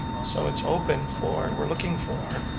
so it's open for, we're looking for.